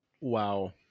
wow